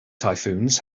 typhoons